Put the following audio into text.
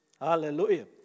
Hallelujah